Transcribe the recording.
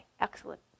Excellent